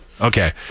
Okay